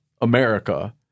America